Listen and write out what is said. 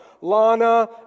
Lana